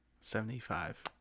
Seventy-five